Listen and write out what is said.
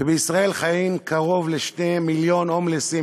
ובישראל חיים קרוב ל-2 מיליון הומלסים.